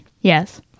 Yes